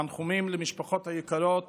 תנחומים למשפחות היקרות